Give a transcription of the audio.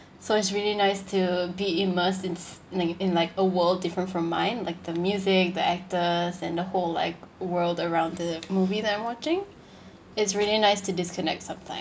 so it's really nice to be immersed it's like in like a world different from mine like the music the actors and the whole like world around the movie that I'm watching it's really nice to disconnect sometimes